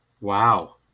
Wow